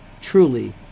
truly